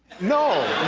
no,